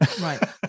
Right